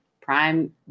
Prime